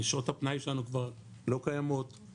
שעות הפנאי שלנו כבר לא קיימות,